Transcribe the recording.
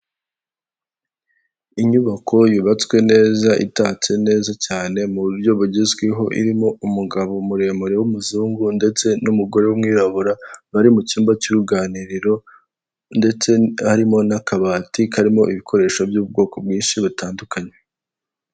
Inzu ifite ibara ry'umweru ndetse n'inzugi zifite ibaraya gusa umweru n'ibirahure by'umukara hasi hari amakaro ifite ibyumba bikodeshwa ibihumbi ijana na mirongo itanu by'amafaranga y'u Rwanda.